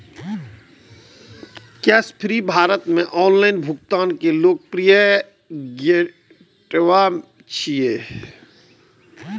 Cashfree Bharat मे online भुगतान के लोकप्रिय गेटवे छियै